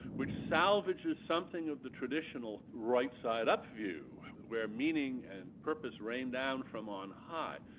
which salvages something of the traditional right-side-up view, where meaning and purpose rain down from on high.